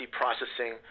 processing